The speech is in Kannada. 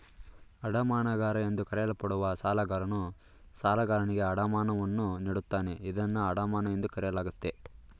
ಅಡಮಾನಗಾರ ಎಂದು ಕರೆಯಲ್ಪಡುವ ಸಾಲಗಾರನು ಸಾಲಗಾರನಿಗೆ ಅಡಮಾನವನ್ನು ನೀಡುತ್ತಾನೆ ಇದನ್ನ ಅಡಮಾನ ಎಂದು ಕರೆಯಲಾಗುತ್ತೆ